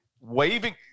waving